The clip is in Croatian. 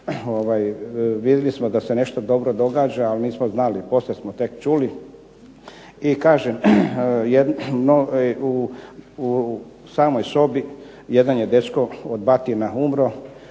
vidjeli smo da se nešto dobro događa, ali nismo znali, poslije smo tek čuli. I kažem, u samoj sobi jedan je dečko od batina umro,